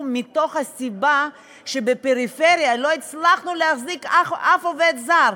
מהסיבה שבפריפריה לא הצלחנו להחזיק אף עובד זר.